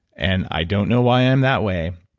and i don't know why i'm that way,